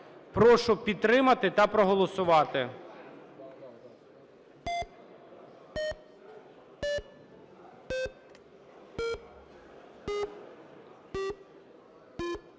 Прошу підтримати та проголосувати.